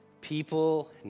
People